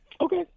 Okay